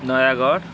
Nayagarh